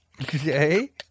Okay